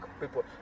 people